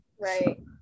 Right